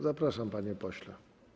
Zapraszam, panie pośle.